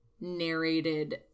narrated